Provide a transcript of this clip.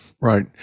right